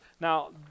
Now